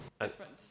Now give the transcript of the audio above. different